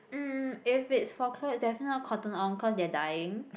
mm if it's for clothes definitely not Cotton-On cause they are dying